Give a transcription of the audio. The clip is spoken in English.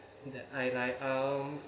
that I like um